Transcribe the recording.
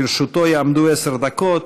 לרשותו יעמדו עשר דקות.